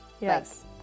Yes